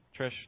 Trish